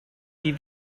die